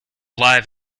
live